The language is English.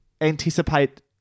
anticipate